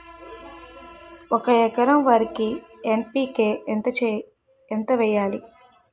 ఒక ఎకర వరికి ఎన్.పి కే ఎంత వేయాలి?